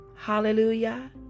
Hallelujah